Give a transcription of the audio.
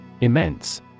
Immense